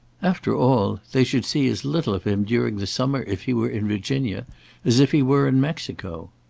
after all, they should see as little of him during the summer if he were in virginia as if he were in mexico.